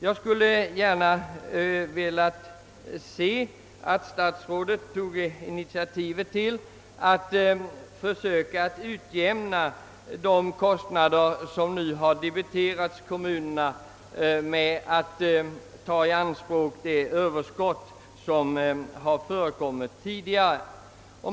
Jag skulle gärna se att statsrådet tog initiativ till åtgärder för att utjämna de kostnader som nu har debiterats kommunerna genom att låta luftfartsverket ta i anspråk de överskott som förekommit tidigare.